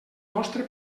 nostre